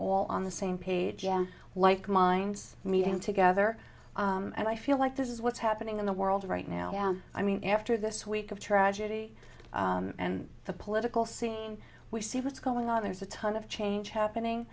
all on the same page yeah like minds meeting together and i feel like this is what's happening in the world right now i mean after this week of tragedy and the political scene we see what's going on there's a ton of change happening